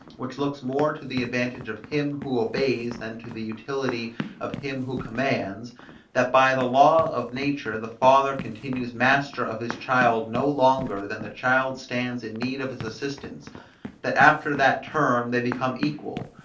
which looks more to the advantage of him who obeys than to the utility of him who commands that by the law of nature the father continues master of his child no longer than the child stands in need of his assistance that after that term they become equal,